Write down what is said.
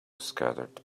scattered